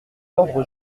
d’ordre